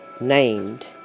named